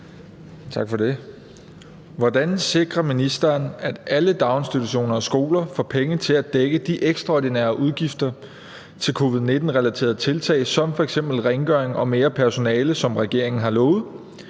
Hvordan sikrer ministeren, at alle daginstitutioner og skoler får penge til at dække de ekstraordinære udgifter til covid-19-relaterede tiltag som f.eks. rengøring og mere personale, som regeringen har lovet,